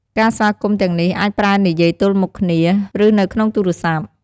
ការស្វាគមន៍ទាំងនេះអាចប្រើនិយាយទល់មុខគ្នា ឬនៅក្នុងទូរសព្ទ។